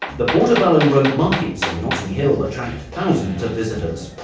the portobello road markets in notting hill attract thousands of visitors,